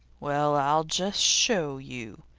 well, i'll just show you,